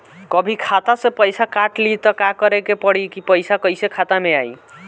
कभी खाता से पैसा काट लि त का करे के पड़ी कि पैसा कईसे खाता मे आई?